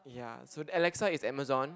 ya so Alexa is Amazon